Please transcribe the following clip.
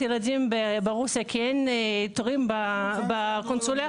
הילדים ברוסיה כי אין תורים בקונסוליה.